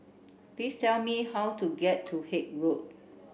please tell me how to get to Haig Road